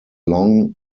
long